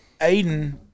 Aiden